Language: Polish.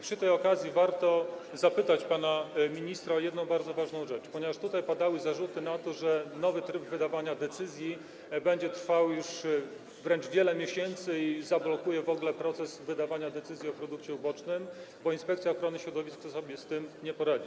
Przy tej okazji warto zapytać pana ministra o jedną bardzo ważną rzecz, ponieważ tutaj padały zarzuty, że nowy tryb wydawania decyzji będzie trwał wręcz wiele miesięcy i w ogóle zablokuje proces wydawania decyzji o produkcie ubocznym, bo Inspekcja Ochrony Środowiska sobie z tym nie poradzi.